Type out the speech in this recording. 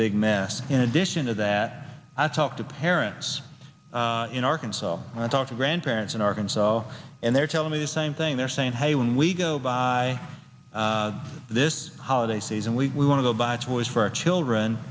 big mess in addition to that i talk to parents in arkansas and i talk to grandparents in arkansas and they're telling me the same thing they're saying hey when we go buy this holiday season we want to buy toys for our children